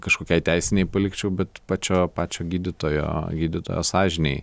kažkokiai teisinei palikčiau bet pačio pačio gydytojo gydytojo sąžinei